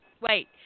wait